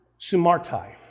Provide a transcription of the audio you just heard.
sumartai